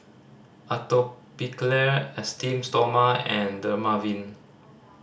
Atopiclair Esteem Stoma and Dermaveen